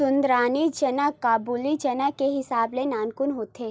सुंदरी चना काबुली चना के हिसाब ले नानकुन होथे